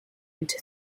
into